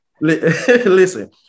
Listen